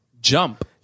Jump